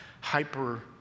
hyper